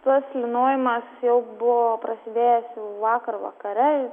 tas lynojimas jau buvo prasidėjęs vakar vakare